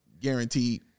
guaranteed